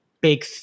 big